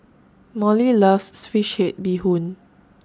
Mollie loves Fish Head Bee Hoon